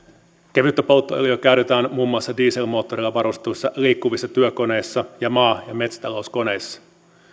kevyttä polttoöljyä käytetään muun muassa dieselmoottorilla varustetuissa liikkuvissa työkoneissa ja maa ja metsätalouskoneissa se